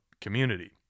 community